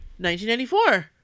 1994